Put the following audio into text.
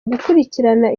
gukurikirana